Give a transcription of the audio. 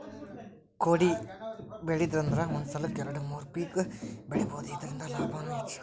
ಕೊಡಿಬೆಳಿದ್ರಂದ ಒಂದ ಸಲಕ್ಕ ಎರ್ಡು ಮೂರು ಪಿಕ್ ಬೆಳಿಬಹುದು ಇರ್ದಿಂದ ಲಾಭಾನು ಹೆಚ್ಚ